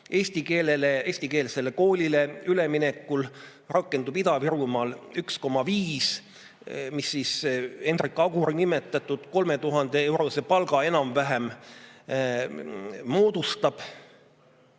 Eestikeelsele koolile üleminekul rakendub Ida-Virumaal [koefitsient] 1,5, mis Hendrik Aguri nimetatud 3000-eurose palga enam-vähem moodustab.